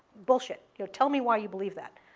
bullshit. you know tell me why you believe that.